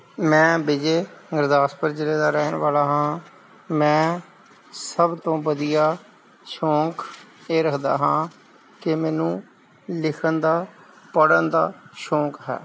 ਮੈਂ ਵਿਜੇ ਗੁਰਦਾਸਪੁਰ ਜ਼ਿਲ੍ਹੇ ਦਾ ਰਹਿਣ ਵਾਲਾ ਹਾਂ ਮੈਂ ਸਭ ਤੋਂ ਵਧੀਆ ਸ਼ੌਂਕ ਇਹ ਰੱਖਦਾ ਹਾਂ ਕਿ ਮੈਨੂੰ ਲਿਖਣ ਦਾ ਪੜ੍ਹਨ ਦਾ ਸ਼ੌਂਕ ਹੈ